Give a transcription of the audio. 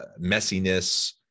messiness